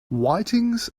whitings